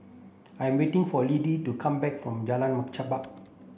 I'm waiting for Liddie to come back from Jalan Machang